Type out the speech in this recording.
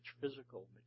physical